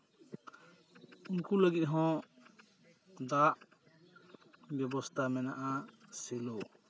ᱩᱱᱠᱩ ᱞᱟᱹᱜᱤᱫ ᱦᱚᱸ ᱫᱟᱜ ᱵᱮᱵᱚᱥᱛᱟ ᱢᱮᱱᱟᱜᱼᱟ ᱥᱮᱞᱳ